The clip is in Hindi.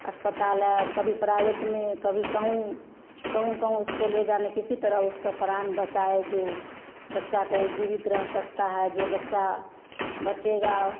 अस्पताल आए कभी प्राइवेट में कभी कहूँ कहीं कहीं उसके ले जाने किसी तरह उसका प्राण बचाए जो बच्चा को जीवित रह सकता है जो बच्चा बचेगा